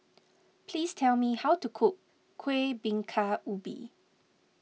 please tell me how to cook Kuih Bingka Ubi